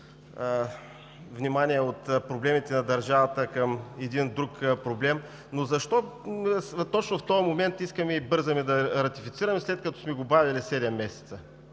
внимание от проблемите на държавата към един друг проблем. Защо точно в този момент искаме и бързаме да ратифицираме, след като сме го бавили седем месеца?